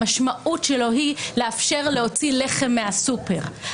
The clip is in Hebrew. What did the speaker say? המשמעות שלו היא לאפשר להוציא לחם מהסופר,